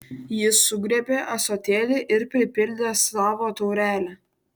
jis sugriebė ąsotėlį ir pripildė savo taurelę